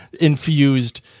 infused